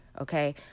okay